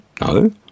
no